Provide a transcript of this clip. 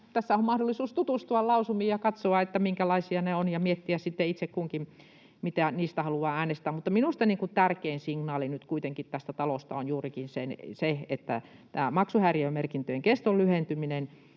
tässähän on mahdollisuus tutustua lausumiin ja katsoa, minkälaisia ne ovat, ja miettiä sitten itse kukin, mitä niistä haluaa äänestää. Minusta nyt kuitenkin tärkein signaali tästä talosta on juurikin tämä maksuhäiriömerkintöjen keston lyhentyminen.